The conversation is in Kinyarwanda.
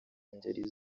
ngeri